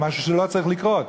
על משהו שלא צריך לקרות.